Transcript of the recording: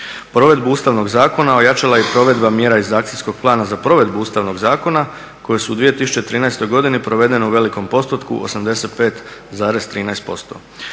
Provedbu Ustavnog zakona ojačala je provedba mjera iz akcijskog plana za provedbu Ustavnog zakona koje su u 2013. godini provedene u velikom postotku, 85,13%.